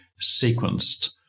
sequenced